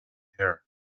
her